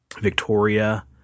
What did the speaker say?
Victoria